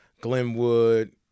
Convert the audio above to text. Glenwood